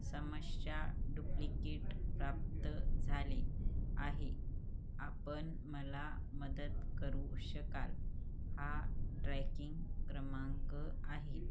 समस्या डुप्लिकेट प्राप्त झाले आहे आपण मला मदत करू शकाल हा ट्रॅकिंग क्रमांक आहे